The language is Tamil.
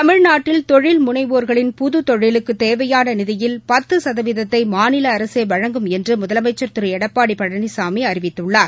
தமிழ்நாட்டில் தொழில் முனைவோர்களின் புதுத் தொழிலுக்குத் தேவையான நிதியில் பத்து சதவீதத்தை மாநில அரசே வழங்கும் என்று முதலமைச்சர் திரு எடப்பாடி பழனிசாமி அறிவித்துள்ளார்